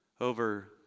over